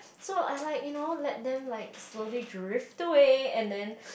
so I like you know let them like slowly drift away and then